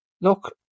look